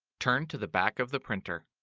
turn to the back of the printer.